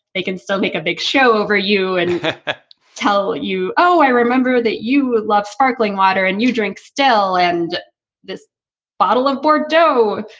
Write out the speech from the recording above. they can still make a big show over you and tell you. oh, i remember that you would love sparkling water and you drink still. and this bottle of bordeaux.